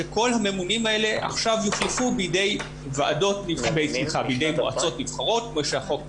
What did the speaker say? שכל הממונים האלה עכשיו יוחלפו בידי מועצות נבחרות כמו שהחוק מחייב.